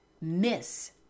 miss